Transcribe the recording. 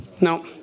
No